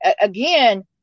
Again